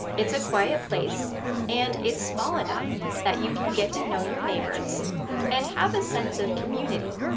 it's a quiet place and it's small enough that you can get to know your neighbours and have a sense of community.